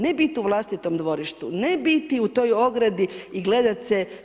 Ne biti u vlastitom dvorištu, ne biti u toj ogradi i gledati se.